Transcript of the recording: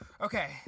Okay